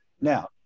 Now